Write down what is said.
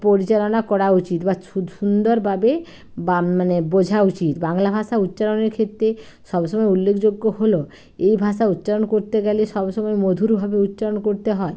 পরিচালনা করা উচিত বা সুন্দরভাবে বা মানে বোঝা উচিত বাংলা ভাষা উচ্চারণের ক্ষেত্রে সবসময় উল্লেখযোগ্য হলো এই ভাষা উচ্চারণ করতে গেলে সবসময় মধুরভাবে উচ্চারণ করতে হয়